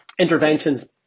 interventions